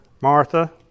Martha